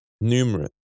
Numerous